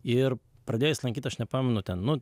ir pradėjus lankyti aš nepamenu ten nu